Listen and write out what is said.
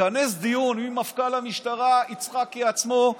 מכנס דיון, מפכ"ל המשטרה, יצחקי עצמו,